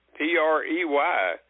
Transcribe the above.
P-R-E-Y